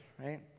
right